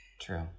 true